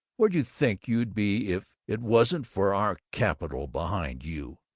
where d' you think you'd be if it wasn't for our capital behind you,